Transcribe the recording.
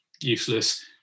useless